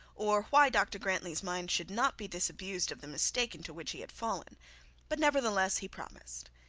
or why dr grantly's mind should not be disabused of the mistake into which he had fallen but nevertheless he promised.